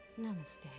Namaste